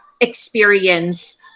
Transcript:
experience